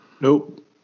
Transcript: Nope